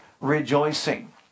rejoicing